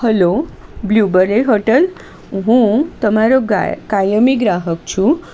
hello blueberry hotel હું તમારો કાયમી ગ્રાહક છું